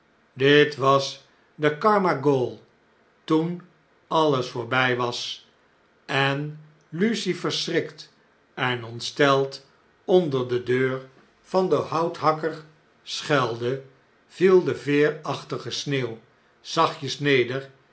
dit was de carmagnole toen alles voorbij was en lucie verschrikt en ontsteld onder de deur van den houthakker sehuilde viel de veerachtige sneeuw zachtjes neder